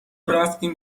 رفتیم